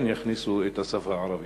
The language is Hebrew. את השפה הערבית.